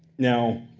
now,